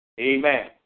Amen